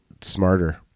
smarter